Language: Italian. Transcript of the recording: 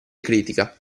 critica